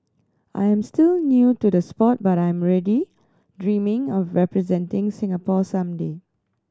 I am still new to the sport but I am already dreaming of representing Singapore some day